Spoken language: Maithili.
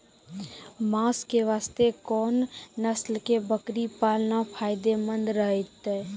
मांस के वास्ते कोंन नस्ल के बकरी पालना फायदे मंद रहतै?